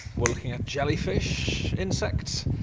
we're looking at jellyfish, insects.